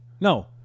No